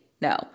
no